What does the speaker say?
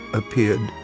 appeared